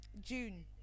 June